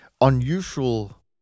unusual